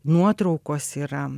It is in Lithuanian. nuotraukos yra